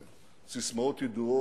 ססמאות ידועות,